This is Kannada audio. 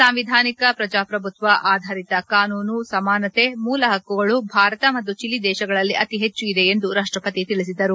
ಸಾಂವಿಧಾನಿಕ ಪ್ರಜಾಪ್ರಭುತ್ವ ಆಧಾರಿತ ಕಾನೂನು ಸಮಾನತೆ ಮೂಲ ಹಕ್ಕುಗಳು ಭಾರತ ಮತ್ತು ಚಿಲಿ ದೇಶಗಳಲ್ಲಿ ಅತಿ ಹೆಚ್ಚು ಇದೆ ಎಂದು ರಾಷ್ಟ್ರಪತಿ ತಿಳಿಸಿದರು